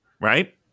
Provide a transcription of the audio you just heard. right